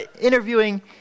interviewing